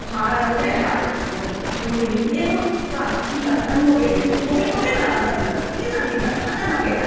ಹಾಳೆಂದ್ರೆ ಹಾಳು ಏನು ಬಾ ಇಲ್ಲ ನನಗೆ ಮೊಬೆಲ್ ಬೇಕು ಮೊಬೆಲ್ ಕೊಟ್ಟರೆ ನಾನು ಅನ್ನ ತಿನ್ನೋದು ಇಲ್ದಿದ್ರೆ ನಾನು ತಿನ್ನೋಲ್ಲ ನಂಗೆ ಅನ್ನ ಬೇಡ